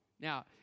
Now